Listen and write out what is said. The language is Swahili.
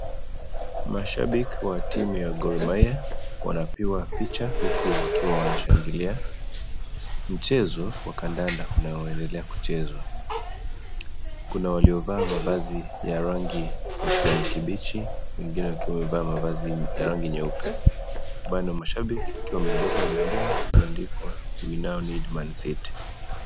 Mashabiki wa timu ya Gormahia wanapiga picha huku wakiwa wanashangilia mchezo wa kandanda unaoendelea kuchezwa. Kuna waliovaa mavazi ya rangi ya kijani kibichi, wengine wakiwa wamevaa mavazi ya rangi nyeupe. Baadhi ya mashabiki wakiwa wamebeba pendera iliyoandikwa " We now need Man City ".